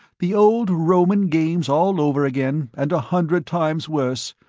the old roman games, all over again, and a hundred times worse.